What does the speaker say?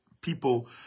people